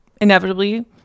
inevitably